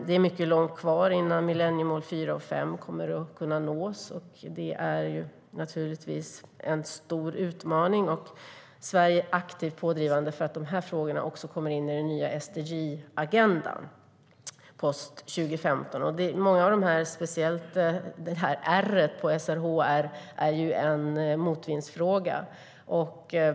Det är mycket långt kvar innan millenniemål 4 och 5 kommer att nås, och det är naturligtvis en stor utmaning. Sverige är aktivt pådrivande för att de frågorna ska komma in i den nya SDG-agendan post-2015. Speciellt R i SRHR är en motvindsfråga.